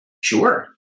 Sure